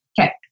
Okay